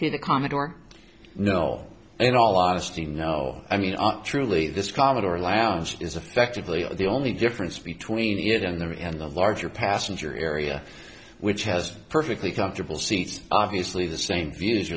the commodore no in all honesty no i mean truly this commodore lounge is affectively the only difference between them there is a larger passenger area which has perfectly comfortable seats obviously the same view